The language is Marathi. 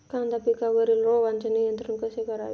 कांदा पिकावरील रोगांचे नियंत्रण कसे करावे?